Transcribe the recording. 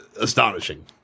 astonishing